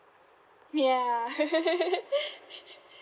ya